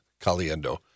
Caliendo